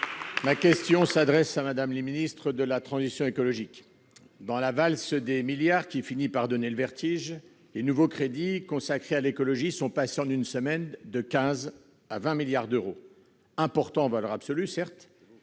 Ma question s'adresse à Mme la ministre de la transition écologique. Dans la valse des milliards, qui finit par donner le vertige, les nouveaux crédits consacrés à l'écologie sont passés en une semaine de 15 à 20 milliards d'euros. Important en valeur absolue, certes,